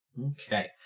Okay